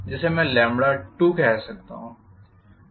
जिसे मैं कह 2 सकता हूं